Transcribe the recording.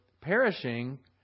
perishing